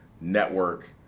network